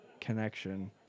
connection